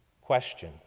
Question